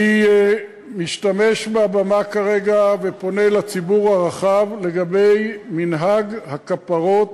אני משתמש בבמה כרגע ופונה לציבור הרחב לגבי מנהג הכפרות,